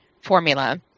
formula